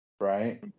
right